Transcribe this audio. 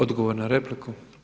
Odgovor na repliku.